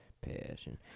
Passion